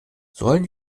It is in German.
sollen